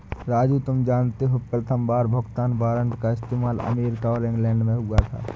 राजू से जानते हो प्रथमबार भुगतान वारंट का इस्तेमाल अमेरिका और इंग्लैंड में हुआ था